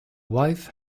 wife